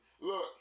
Look